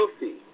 Healthy